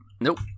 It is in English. Nope